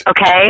okay